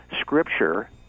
Scripture